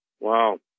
Wow